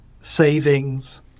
savings